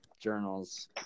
journals